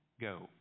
go